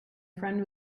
friend